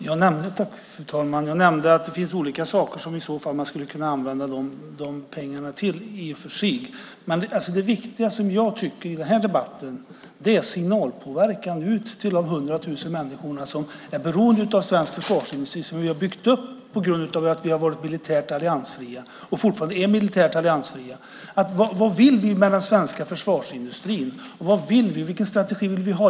Fru talman! Jag nämnde i och för sig att det finns olika saker man skulle kunna använda pengarna till. Men det viktiga i den här debatten tycker jag är signalpåverkan ut till de 100 000 personer som är beroende av den svenska försvarsindustri som vi har byggt upp på grund av att vi har varit och fortfarande är militärt alliansfria. Vad vill vi med den svenska försvarsindustrin? Vilken strategi vill vi ha?